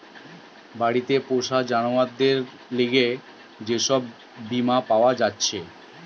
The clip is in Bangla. বাড়িতে পোষা জানোয়ারদের লিগে যে সব বীমা পাওয়া জাতিছে